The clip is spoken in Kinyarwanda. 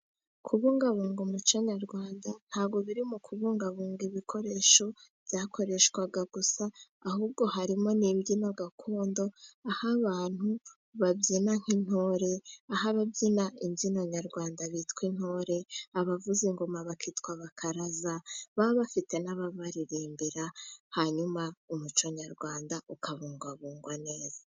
Kubungabunga umuco nyarwanda ntago biri mu kubungabunga ibikoresho byakoreshwaga gusa, ahubwo harimo n'imbyino gakondo aho abantu babyina nk'intore. Aho ababyina imbyino nyarwanda bitwa intore, abavuza ingoma bakitwa bakaraza baba bafite n'ababaririmbira. Hanyuma umuco nyarwanda ukabungwabungwa neza.